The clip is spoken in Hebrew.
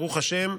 ברוך השם,